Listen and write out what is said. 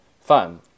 fun